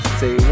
say